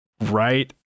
right